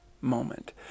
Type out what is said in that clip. moment